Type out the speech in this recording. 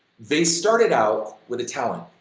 they started out with a talent,